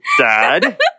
dad